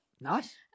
Nice